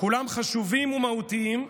כולם חשובים ומהותיים,